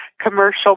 commercial